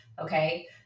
Okay